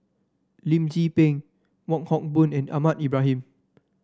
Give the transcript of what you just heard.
Lim Tze Peng Wong Hock Boon and Ahmad Ibrahim